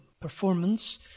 performance